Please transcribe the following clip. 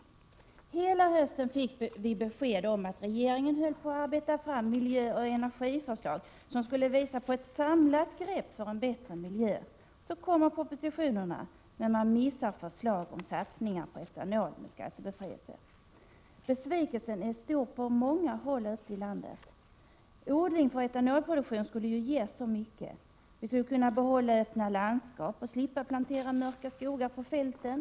Under hela hösten fick vi besked om att regeringen höll på med att arbeta fram miljöoch energiförslag, som skulle leda till ett samlat grepp för en bättre miljö. Så kom då propositionerna, men man ger inget förslag om skattebefrielse för och satsning på etanol. Besvikelsen är stor på många håll ute i landet. Odling för etanolproduktion skulle ge så mycket. Vi skulle kunna behålla öppna landskap och slippa plantera mörka skogar på fälten.